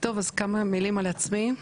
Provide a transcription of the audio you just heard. כמה מילים על עצמי.